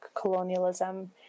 colonialism